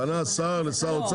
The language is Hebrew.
פנה השר לשר האוצר,